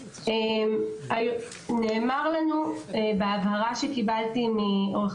המועצה נרתמה לעניין ואמרה שעוד לפני העברת